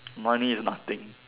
money is nothing